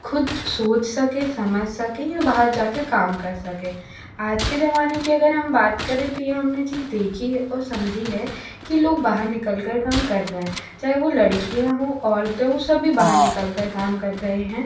ख़ुद सोच सकें समझ सकें या बाहर जा के काम कर सकें आज के ज़माने की अगर हम बात करें तो ये हम ने चीज़ देखी है और समझी है कि लोग बाहर निकल कर काम कर रहें चाहे वो लड़कियाँ हो औरतें हो सभी बाहर निकल कर काम कर रहे हैं